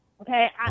Okay